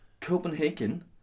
Copenhagen